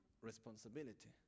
responsibility